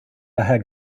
daher